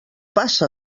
passa